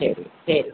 சரி சரி